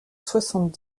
soixante